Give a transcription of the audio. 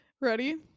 Ready